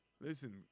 Listen